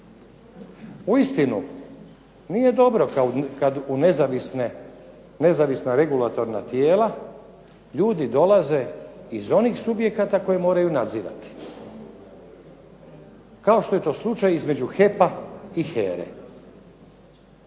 Uistinu nije dobro kada u nezavisna regulatorna tijela, ljudi dolaze iz onih subjekata koje moraju nadzirati. Kao što je to slučaj između HEP-a i HERA-e.